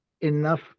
enough